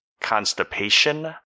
constipation